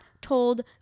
told